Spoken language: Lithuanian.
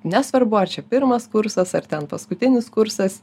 nesvarbu ar čia pirmas kursas ar ten paskutinis kursas